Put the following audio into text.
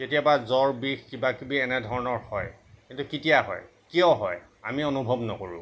কেতিয়াবা জ্বৰ বিষ কিবা কিবি এনে ধৰণৰ হয় কিন্তু কেতিয়া হয় কিয় হয় আমি অনুভৱ নকৰোঁ